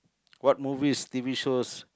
whats movies t_v shows